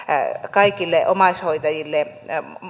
kaikille omaishoitajille